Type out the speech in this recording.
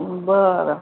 बरं